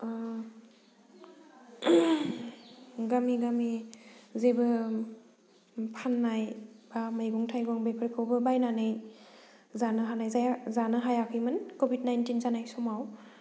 गामि गामि जेबो फाननाय बा मैगं थाइगं बेफोरखौबो बायनानै जानो हानाय जा हायाखैमोन कभिड नाइन्टिन जानाय समाव